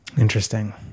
Interesting